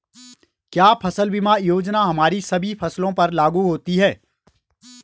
क्या फसल बीमा योजना हमारी सभी फसलों पर लागू होती हैं?